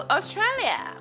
Australia